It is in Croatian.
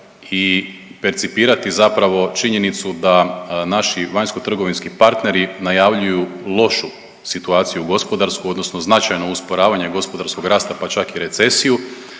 i percipirati zapravo činjenicu da naši vanjskotrgovinski partneri najavljuju lošu situaciju gospodarsku odnosno značajno usporavanje gospodarskog rasta, pa čak i recesiju